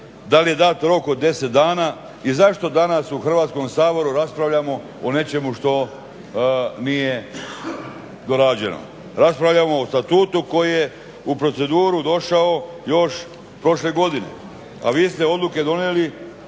Da li je dat rok od 10 dana? I zašto danas u Hrvatskom saboru raspravljamo o nečemu što nije dorađeno? Raspravljamo o statutu koji je u proceduru došao još prošle godine, a vi ste odluke donijeli